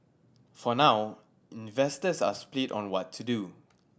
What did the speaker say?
for now investors are spit on what to do